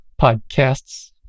podcasts